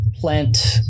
plant